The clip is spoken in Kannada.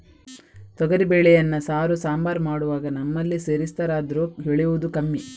ತೊಗರಿ ಬೇಳೆಯನ್ನ ಸಾರು, ಸಾಂಬಾರು ಮಾಡುವಾಗ ನಮ್ಮಲ್ಲಿ ಸೇರಿಸ್ತಾರಾದ್ರೂ ಬೆಳೆಯುದು ಕಮ್ಮಿ